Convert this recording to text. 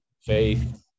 Faith